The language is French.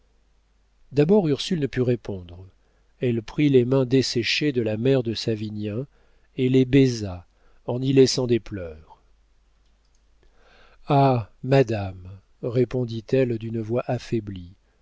d'abord ursule ne put répondre elle prit les mains desséchées de la mère de savinien et les baisa en y laissant des pleurs ah madame répondit-elle d'une voix affaiblie